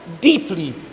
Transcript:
deeply